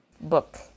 book